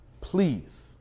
please